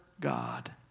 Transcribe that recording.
God